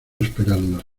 esperando